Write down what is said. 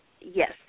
Yes